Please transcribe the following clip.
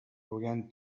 began